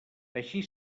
així